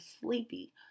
sleepy